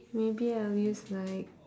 maybe I'll use like